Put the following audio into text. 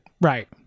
Right